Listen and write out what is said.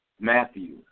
Matthew